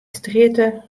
strjitte